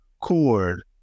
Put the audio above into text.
chord